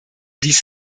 dies